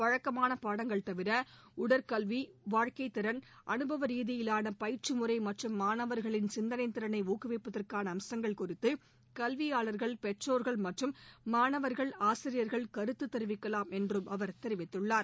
வழக்கமான பாடங்கள் தவிர உடற்கல்வி வாழ்க்கைத் திறன் அனுபவ ரீதியிலான பயிற்று முறை மற்றும் மாணவர்களின் சிந்தனைத் திறனை ஊக்குவிப்பதற்கான அம்சங்கள் குறித்து கல்வியாளர்கள் பெற்றோர்கள் மற்றும் மாணவர்கள் ஆசிரியர்கள் கருத்து தெரிவிக்கலாம் என்றும் அவர் தெரிவித்துள்ளார்